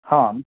ହଁ